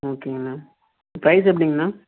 ஓகேங்க அண்ணா ப்ரைஸ் எப்படிங்கண்ணா